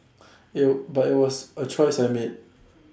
it'll by was A choice I made